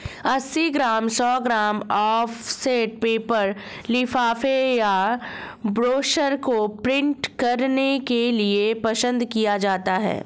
अस्सी ग्राम, सौ gram offset paper लिफाफे या ब्रोशर को प्रिंट करने के लिए पसंद किया जाता है